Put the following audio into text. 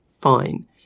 fine